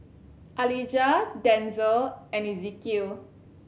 Alijah Denzel and Ezequiel